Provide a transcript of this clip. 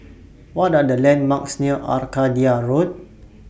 What Are The landmarks near Arcadia Road